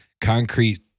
concrete